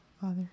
Father